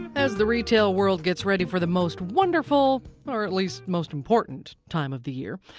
as the retail world gets ready for the most wonderful or at least most important time of the year,